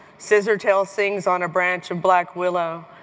scissortail sings on a branch of black willow.